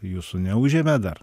jūsų neužėmė dar